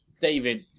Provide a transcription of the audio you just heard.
david